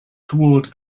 toward